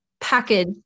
package